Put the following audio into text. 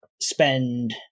spend